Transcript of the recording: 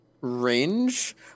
range